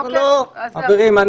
חברים,